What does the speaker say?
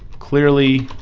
clearly